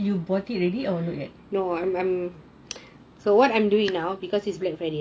you bought it already or not yet